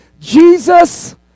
Jesus